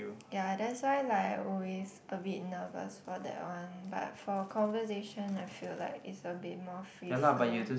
ya that's why like I always a bit nervous for that one but for conversation I feel like it's a bit more free flow